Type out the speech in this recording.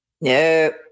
No